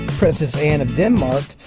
princess anne of denmark,